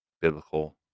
biblical